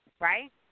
Right